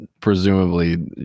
presumably